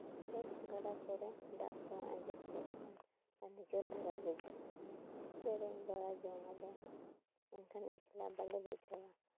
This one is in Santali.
ᱟᱫᱚ ᱜᱟᱰᱟ ᱠᱚᱨᱮ ᱫᱟᱜ ᱠᱚ ᱟᱸᱡᱮᱫ ᱠᱚᱜ ᱠᱷᱟᱱ ᱱᱤᱪᱳᱞ ᱫᱷᱟᱨᱟ ᱵᱩᱡᱷᱟᱹᱜ ᱠᱷᱟᱱ ᱥᱮᱨᱮᱧ ᱵᱟᱲᱟ ᱡᱚᱝᱟᱞᱮ ᱮᱱᱠᱷᱟᱱ ᱮᱠᱞᱟ ᱵᱟᱞᱮ ᱵᱩᱡᱷᱟᱹᱣᱟ